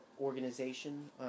organization